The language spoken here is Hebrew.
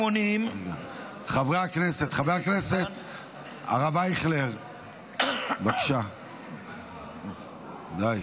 חברי הכנסת, חבר הכנסת הרב אייכלר, בבקשה, די.